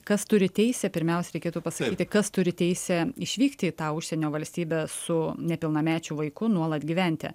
kas turi teisę pirmiausia reikėtų pasirinkti kas turi teisę išvykti į tą užsienio valstybę su nepilnamečiu vaiku nuolat gyventi